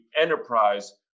enterprise